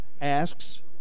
asks